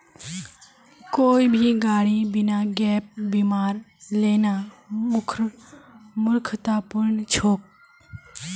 कोई भी गाड़ी बिना गैप बीमार लेना मूर्खतापूर्ण छेक